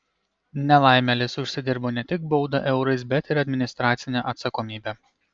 nelaimėlis užsidirbo ne tik baudą eurais bet ir administracinę atsakomybę